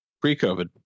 Pre-COVID